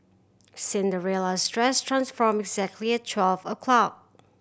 Cinderella's dress transformed exactly at twelve o'clock